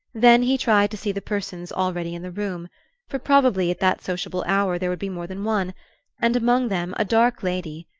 then he tried to see the persons already in the room for probably at that sociable hour there would be more than one and among them a dark lady,